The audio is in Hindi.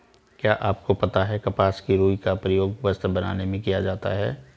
क्या आपको पता है कपास की रूई का प्रयोग वस्त्र बनाने में किया जाता है?